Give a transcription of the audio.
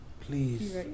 Please